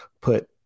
put